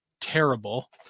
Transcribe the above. terrible